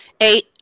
eight